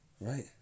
Right